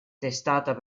testata